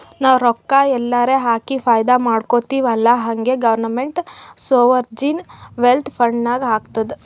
ನಾವು ರೊಕ್ಕಾ ಎಲ್ಲಾರೆ ಹಾಕಿ ಫೈದಾ ಮಾಡ್ಕೊತಿವ್ ಅಲ್ಲಾ ಹಂಗೆ ಗೌರ್ಮೆಂಟ್ನು ಸೋವರ್ಜಿನ್ ವೆಲ್ತ್ ಫಂಡ್ ನಾಗ್ ಹಾಕ್ತುದ್